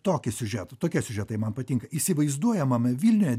tokį siužetą tokie siužetai man patinka įsivaizduojamame vilniuje